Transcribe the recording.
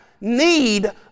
need